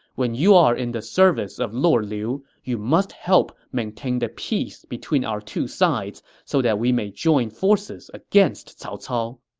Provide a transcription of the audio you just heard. when you are in the service of lord liu, you must help maintain the peace between our two sides so that we may join forces against cao cao.